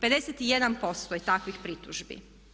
51% je takvih pritužbi.